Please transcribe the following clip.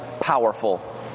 powerful